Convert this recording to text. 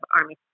Army